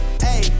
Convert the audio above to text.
Hey